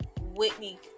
Whitney